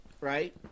right